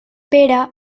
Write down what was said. pere